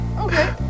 Okay